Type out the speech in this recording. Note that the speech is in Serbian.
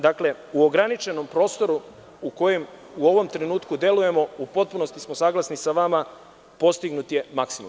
Dakle, u ograničenom prostoru u kojem u ovom trenutku delujemo u potpunosti smo saglasni sa vama – postignut je maksimum.